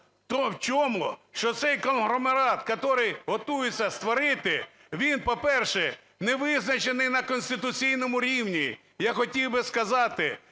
То в тому, що цей конгломерат, который готується створити, він, по-перше, не визначений на конституційному рівні. Я хотів би сказати,